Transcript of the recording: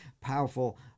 powerful